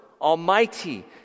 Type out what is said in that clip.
almighty